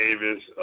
Davis